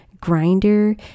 grinder